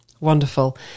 Wonderful